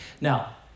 Now